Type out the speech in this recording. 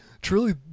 truly